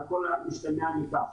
על כל המשתמע מכך.